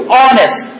honest